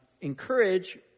encourage